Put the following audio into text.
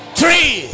three